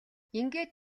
ингээд